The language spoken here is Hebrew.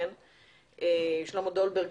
שלמה דולברג,